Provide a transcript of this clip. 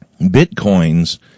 Bitcoins